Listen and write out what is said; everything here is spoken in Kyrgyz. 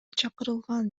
чакырылган